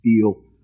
feel